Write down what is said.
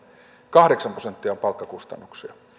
kahdeksan prosenttia on palkkakustannuksia